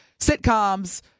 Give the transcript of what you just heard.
sitcoms